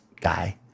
guy